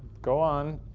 go on,